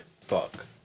Fuck